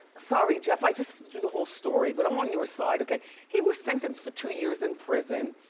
sorry jeff, i just do the whole story, but i'm on your side, okay? he was sentenced for two years in prison.